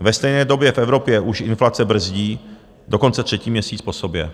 Ve stejné době v Evropě už inflace brzdí dokonce třetí měsíc po sobě.